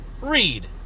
read